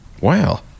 Wow